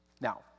Now